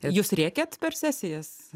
jūs rėkiat per sesijas